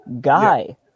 Guy